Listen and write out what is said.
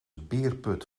beerput